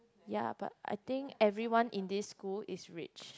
ya but I think everyone in this school is rich